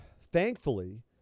thankfully